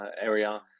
area